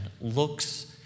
looks